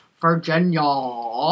Virginia